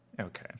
Okay